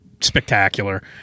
spectacular